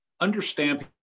understand